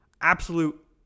absolute